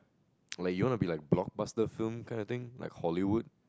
like you want to be like blog master film kind of thing like Hollywood